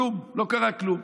כלום, לא קרה כלום.